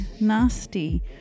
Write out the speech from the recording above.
Nasty